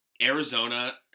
Arizona